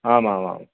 आमामाम्